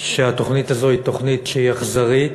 שהתוכנית הזו היא תוכנית שהיא אכזרית,